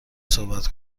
صحبت